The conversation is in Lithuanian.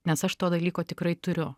nes aš to dalyko tikrai turiu